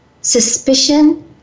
suspicion